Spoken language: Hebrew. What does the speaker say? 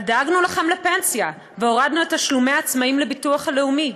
אז דאגנו לכם לפנסיה והורדנו את תשלומי העצמאים לביטוח הלאומי,